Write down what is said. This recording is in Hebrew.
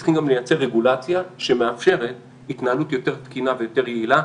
צריכים גם לייצר רגולציה שמאפשרת התנהלות יותר תקינה ויותר יעילה.